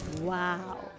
Wow